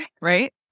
right